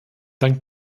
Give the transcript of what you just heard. dank